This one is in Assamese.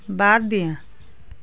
বাদ দিয়া